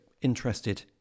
interested